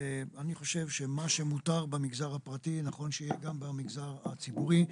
אני חושב שמה שמותר במגזר הפרטי נכון שיהיה גם במגזר הציבורי.